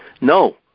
no